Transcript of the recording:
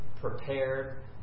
prepared